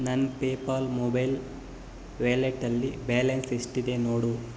ನನ್ನ PayPal mobile ವ್ಯಾಲೆಟ್ಟಲ್ಲಿ balance ಎಷ್ಟಿದೆ ನೋಡು